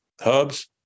Hubs